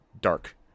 dark